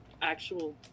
actual